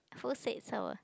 who said so